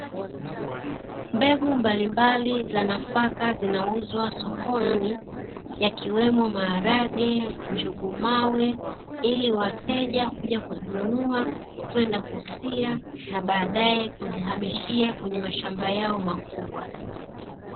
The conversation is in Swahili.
Mbegu mbalimbali za nafaka zinauzwa sokoni, yakiwemo maharage, njugu mawe, ili wateja kuja kuzinunua kwenda kusia na baadae kuzihamishia kwenye mashamba yao makubwa.